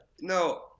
no